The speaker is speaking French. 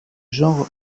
genre